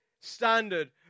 standard